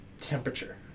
temperature